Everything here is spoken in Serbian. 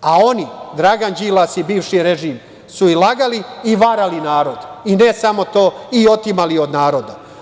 a oni, Dragan Đilas i bivši režim, su i lagali i varali narod, i ne samo to, i otimali od naroda.